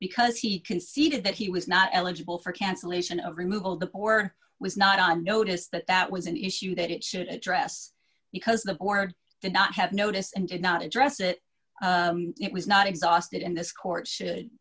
because he conceded that he was not eligible for cancellation of removal the poor was not on notice that that was an issue that it should address because the board did not have notice and did not address it it was not exhausted and this court should